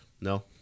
No